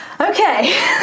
okay